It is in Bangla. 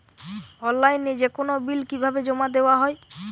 অনলাইনে যেকোনো বিল কিভাবে জমা দেওয়া হয়?